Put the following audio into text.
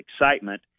excitement